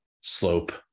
slope